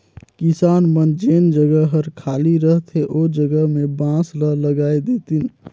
किसान मन जेन जघा हर खाली रहथे ओ जघा में बांस ल लगाय देतिन